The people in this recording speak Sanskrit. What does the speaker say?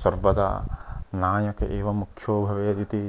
सर्वदा नायकः एवं मुख्यो भवेदिति